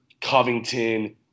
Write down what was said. Covington